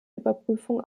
überprüfung